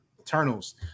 Eternals